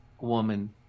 woman